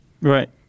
Right